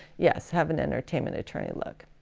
yes have an entertainment attorney look.